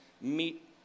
meet